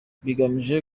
bigamije